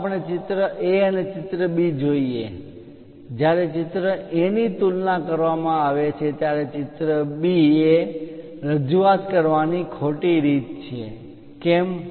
ચાલો આપણે ચિત્ર A અને ચિત્ર B જોઈએ જ્યારે ચિત્ર A ની તુલના કરવામાં આવે છે ત્યારે ચિત્ર B એ રજૂઆત કરવાની ખોટી રીત છે કેમ